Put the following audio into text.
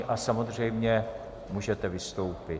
A samozřejmě můžete vystoupit.